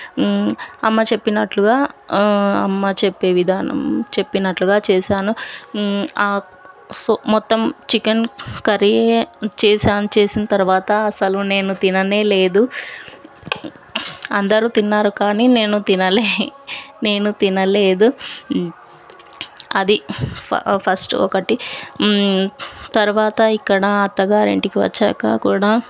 అమ్మ చెప్పినట్టుగా అమ్మ చెప్పే విధానం చెప్పినట్టుగా చేశాను సో మొత్తం చికెన్ కర్రీ చేశాను చేసిన తర్వాత అసలు నేను తినలేదు అందరు తిన్నారు కానీ నేను తినలేదు నేను తినలేదు అది ఫ ఫస్ట్ ఒకటి తర్వాత ఇక్కడ అత్తగారింటికి వచ్చాక కూడా